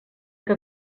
que